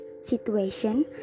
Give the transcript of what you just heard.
situation